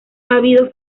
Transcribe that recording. ávido